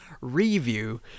review